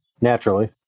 Naturally